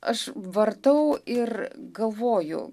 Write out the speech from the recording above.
aš vartau ir galvoju